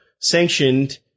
sanctioned